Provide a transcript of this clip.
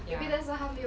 ya